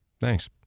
Thanks